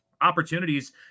opportunities